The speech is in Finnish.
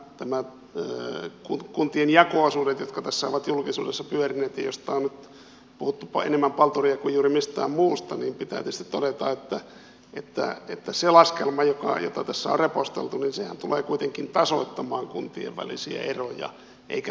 tämän nyt näistä kuntien jako osuuksista jotka tässä ovat julkisuudessa pyörineet ja joista on puhuttu enemmän palturia kuin juuri mistään muusta niin pitää tietysti todeta että se laskelma jota tässä on reposteltu tulee kuitenkin tasoittamaan kuntien välisiä eroja eikä lisäämään niitä kuten näköjään perustuslakivaliokunnassakin on esitetty